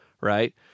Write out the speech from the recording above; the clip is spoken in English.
Right